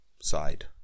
side